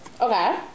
Okay